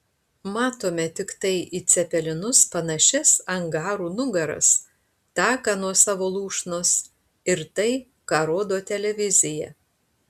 matome tiktai į cepelinus panašias angarų nugaras taką nuo savo lūšnos ir tai ką rodo televizija